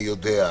אני יודע,